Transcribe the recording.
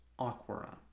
Aquara